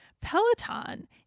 Peloton